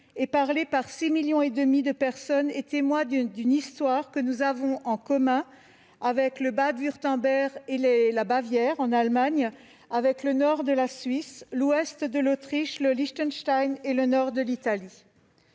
est parlé par six millions et demi de personnes et témoigne d'une histoire que nous avons en commun avec le Bade-Wurtemberg et la Bavière en Allemagne, avec le nord de la Suisse, l'ouest de l'Autriche, le Liechtenstein et le nord de l'Italie.